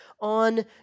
on